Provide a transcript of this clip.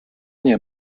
nie